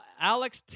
Alex